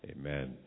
Amen